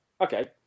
okay